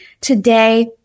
today